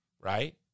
Right